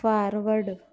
forward